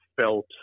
felt